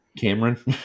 Cameron